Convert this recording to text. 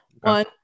One